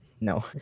no